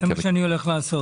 זה מה שאני הולך לעשות.